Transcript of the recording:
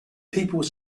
people